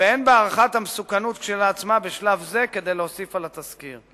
ואין בהערכת המסוכנות כשלעצמה בשלב זה כדי להוסיף על התסקיר.